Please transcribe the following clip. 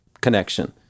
connection